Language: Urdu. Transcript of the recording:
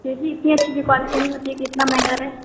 پھر بھی اتنی اچھی کی کوالٹی نہیں ہوتی کہ اتنا مہنگا رہے